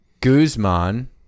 Guzman